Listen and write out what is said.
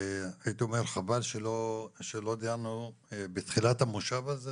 הייתי אומר שחבל שלא דנו בתחילת המושב הזה,